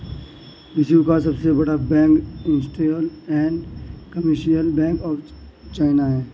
विश्व का सबसे बड़ा bank industrial and commercial bank of China है